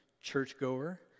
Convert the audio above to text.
churchgoer